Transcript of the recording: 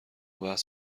بحث